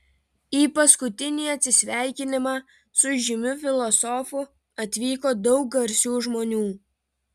į paskutinį atsisveikinimą su žymiu filosofu atvyko daug garsių žmonių